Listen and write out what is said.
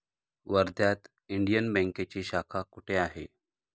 वर्ध्यात इंडियन बँकेची शाखा कुठे आहे?